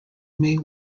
mate